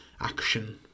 action